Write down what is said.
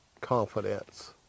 confidence